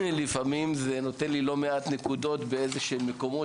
זה לפעמים נותן לי לא מעט נקודות באיזה שהם מקומות